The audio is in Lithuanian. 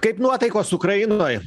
kaip nuotaikos ukrainoj